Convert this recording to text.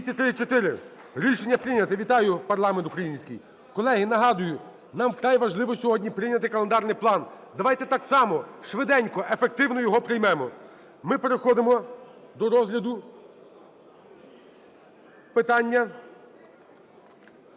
За-234 Рішення прийнято. Вітаю парламент український. Колеги, нагадую, нам вкрай важливо сьогодні прийняти календарний план, давайте так само швиденько, ефективно його приймемо. Ми переходимо до розгляду питання